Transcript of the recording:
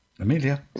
Amelia